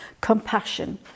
compassion